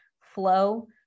flow